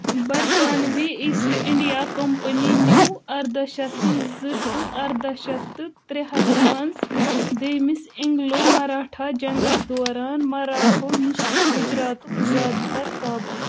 برطانوی East India Company نیو اَرداہ شیٚتھ تہٕ زٕ ٹُو اَرداہ شیٚتھ تہٕ ترٛےٚ ہَس منٛز دوٚیمِس اینگلو مراٹھا جنگس دوران مراٹھو نِش گجراتُک زیادٕ تر قابو